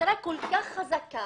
המשטרה כל כך חזקה,